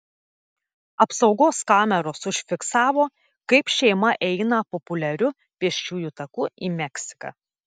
apsaugos kameros užfiksavo kaip šeima eina populiariu pėsčiųjų taku į meksiką